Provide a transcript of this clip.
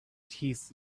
teeth